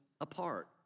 apart